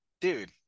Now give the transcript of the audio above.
dude